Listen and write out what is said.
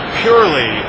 purely